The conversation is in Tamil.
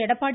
எடப்பாடி